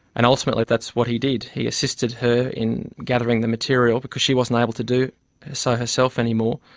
and ultimately that's what he did, he assisted her in gathering the material, because she wasn't able to do so herself anymore,